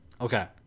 Okay